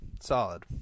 Solid